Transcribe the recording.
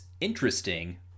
interesting